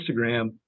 Instagram